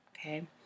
Okay